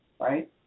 right